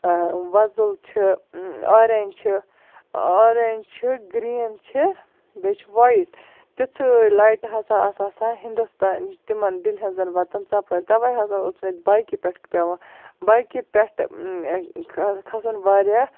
آ وۄزُل چھُ اورینج چھُ اورینج چھُ گریٖن چھُ بیٚیہِ چھُ وایِٹ تِژھٕے لایٹہٕ ہسا آسہٕ آسان ہِندُستان تِمن دِلہِ ہنزَن وَتن ژوٚپٲرۍ تَوے ہسا اوس مےٚ باٮ۪کہِ پٮ۪ٹھ پیوان باٮ۪کہِ پٮ۪ٹھ کھسُن واریاہ